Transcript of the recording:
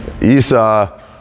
Esau